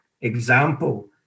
example